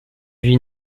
vit